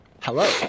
hello